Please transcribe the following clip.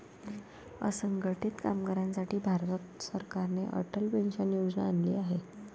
असंघटित कामगारांसाठी भारत सरकारने अटल पेन्शन योजना आणली आहे